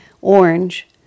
orange